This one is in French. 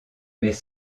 mais